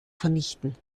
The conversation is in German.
vernichten